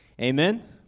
Amen